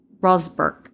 Rosberg